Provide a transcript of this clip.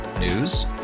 News